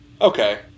Okay